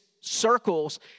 circles